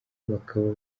bakaba